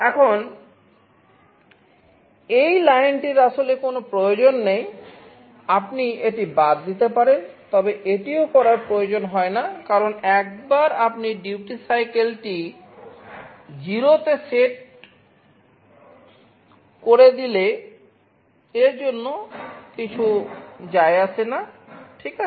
এখন এই লাইনটির আসলে কোনও প্রয়োজন নেই আপনি এটি বাদ দিতে পারেন তবে এটিও করার প্রয়োজন হয় না কারণ একবার আপনি ডিউটি সাইকেলduty cycle টি 0 তে নির্ধারণ করে দিলে পিরিয়ড এর জন্য কিছু যায় আসে না ঠিক আছে